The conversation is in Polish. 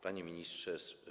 Panie Ministrze!